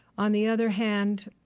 on the other hand,